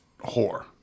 whore